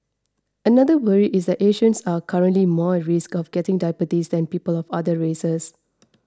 another worry is that Asians are currently more at risk of getting diabetes than people of other races